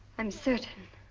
i'm certain.